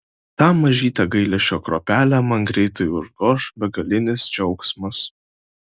tą mažytę gailesčio kruopelę man greitai užgoš begalinis džiaugsmas